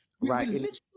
right